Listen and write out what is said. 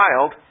child